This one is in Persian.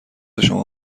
شما